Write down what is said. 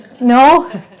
No